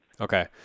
Okay